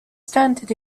standard